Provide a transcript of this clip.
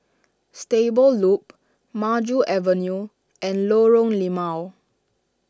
Stable Loop Maju Avenue and Lorong Limau